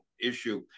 issue